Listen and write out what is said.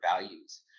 values